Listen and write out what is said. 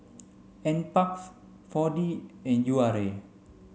N Parks four D and U R A